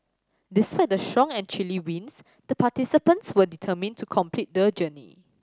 despite the strong and chilly winds the participants were determined to complete the journey